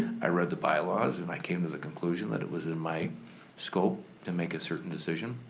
i read the bylaws, and i came to the conclusion that it was in my scope to make a certain decision.